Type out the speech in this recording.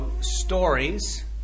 stories